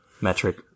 Metric